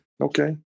Okay